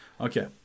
Okay